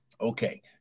Okay